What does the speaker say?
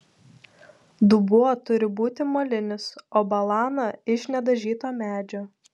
dubuo turi būti molinis o balana iš nedažyto medžio